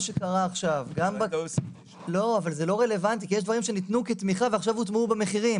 אבל זה לא רלוונטי כי יש דברים שניתנו כתמיכה ועכשיו הוטמעו במחירים,